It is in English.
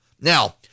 Now